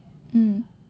mmhmm